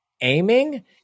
aiming